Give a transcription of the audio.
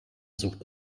sucht